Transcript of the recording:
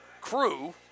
crew –